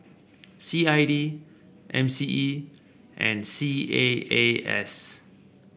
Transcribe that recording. C I D M C E and C A A S